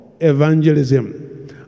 evangelism